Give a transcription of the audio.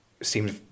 Seems